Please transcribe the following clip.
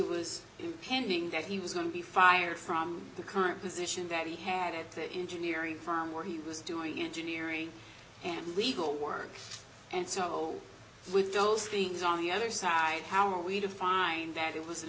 was impending that he was going to be fired from the current position that he had at the engineering firm where he was doing it to neary and legal work and so with those things on the other side how are we to find that it was an